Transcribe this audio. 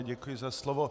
Děkuji za slovo.